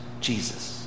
Jesus